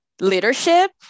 leadership